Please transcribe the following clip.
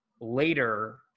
later